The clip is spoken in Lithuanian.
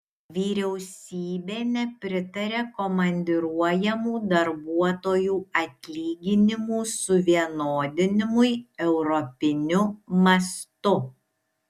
vyriausybė nepritaria komandiruojamų darbuotojų atlyginimų suvienodinimui europiniu mastu